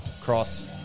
cross